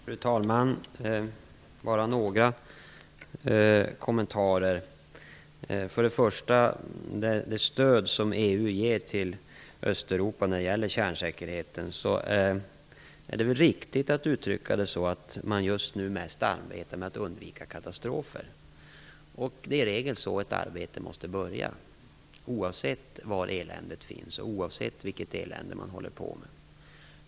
Fru talman! Jag vill göra några kommentarer. Den första gäller det stöd som EU ger till Östeuropa för kärnsäkerheten. Det är riktigt att uttrycka det så att man just nu mest arbetar med att undvika katastrofer. Det är i regel så ett arbete måste börja, oavsett var eländet finns och oavsett vilket elände man håller på med.